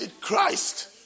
Christ